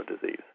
disease